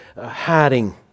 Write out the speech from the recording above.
hiding